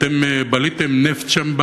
אתם "בליתם נפט" שם,